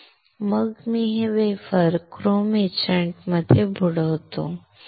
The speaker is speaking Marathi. मग मी हे वेफर क्रोम एचंट मध्ये बुडवतो